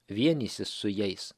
vienysis su jais